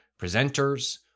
presenters